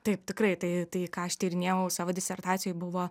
taip tikrai tai tai ką aš tyrinėjau savo disertacijoj buvo